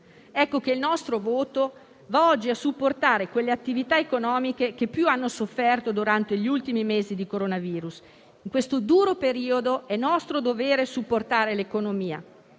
Ecco che il nostro voto va oggi a supportare quelle attività economiche che più hanno sofferto durante gli ultimi mesi di Coronavirus. In questo duro periodo è nostro dovere supportare l'economia.